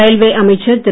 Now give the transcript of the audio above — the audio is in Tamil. ரயில்வே அமைச்சர் திரு